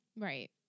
Right